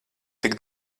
tik